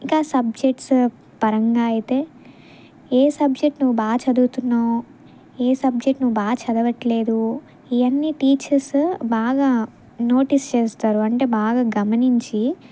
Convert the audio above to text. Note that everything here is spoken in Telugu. ఇంకా సబ్జెక్ట్స్ పరంగా అయితే ఏ సబ్జెక్ట్ నువ్వు బాగా చదువుతున్నావు ఏ సబ్జెక్ట్ నువ్వు బాగా చదవట్లేదు ఇవన్నీ టీచర్స్ బాగా నోటీస్ చేస్తారు అంటే బాగా గమనించి